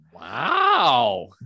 Wow